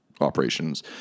operations